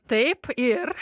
taip ir